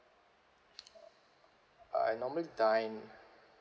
I normally dine